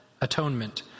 Atonement